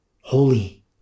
holy